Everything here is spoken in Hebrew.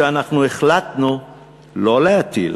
שהחלטנו לא להטיל,